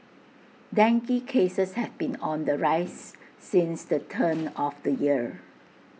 dengue cases have been on the rise since the turn of the year